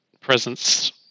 presence